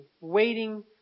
waiting